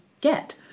get